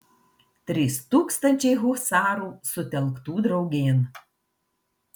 trys tūkstančiai husarų sutelktų draugėn